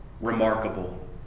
remarkable